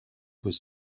was